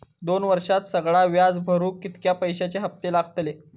दोन वर्षात सगळा व्याज भरुक कितक्या पैश्यांचे हप्ते लागतले?